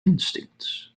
instincts